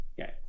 Okay